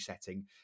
setting